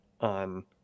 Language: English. on